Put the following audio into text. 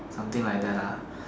something like that lah